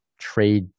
trade